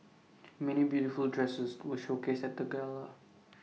many beautiful dresses were showcased at the gala